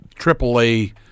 triple-A